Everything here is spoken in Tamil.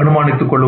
அனுமானித்துக் கொள்வோம்